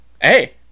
hey